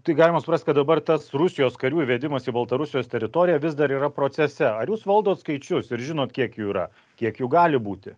tai galima suprast kad dabar tas rusijos karių įvedimas į baltarusijos teritoriją vis dar yra procese ar jūs valdot skaičius ir žinot kiek jų yra kiek jų gali būti